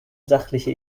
sachliche